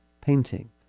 painting